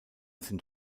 sind